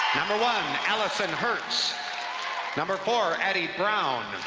number one, allyson hertz number four, addie brown.